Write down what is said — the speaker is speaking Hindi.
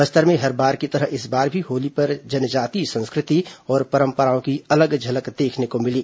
बस्तर में हर बार की तरह इस बार भी होली पर जनजातीय संस्कृति और परंपराओं की अलग झलक देखने को मिली